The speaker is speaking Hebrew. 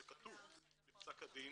זה כתוב בפסק הדין.